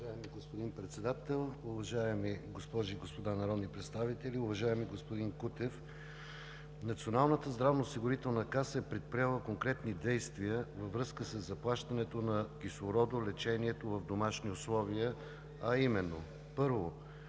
Уважаеми господин Председател, уважаеми госпожи и господа народни представители! Уважаеми господин Кутев, Националната здравноосигурителна каса е предприела конкретни действия във връзка със заплащането на кислородолечението в домашни условия, а именно: 1. По